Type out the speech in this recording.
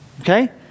okay